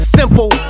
simple